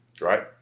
right